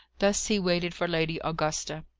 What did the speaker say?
thus he waited for lady augusta.